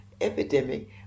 epidemic